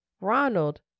Ronald